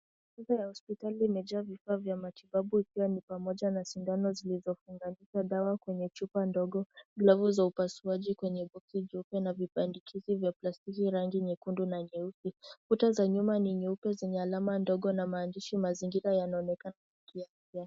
Meza ya hospitali imejaa vifaa vya matibabu ikiwa ni pamoja na sindano zilizofunganishwa dawa kwenye chupa ndogo, glavu za upasuaji kwenye bosi jeupe na vipandikizi vya plastiki rangi nyekundu na nyeusi. Kuta za nyuma ni nyeupe zenye alama ndogo na maandishi mazingira yanaonekana yakienea.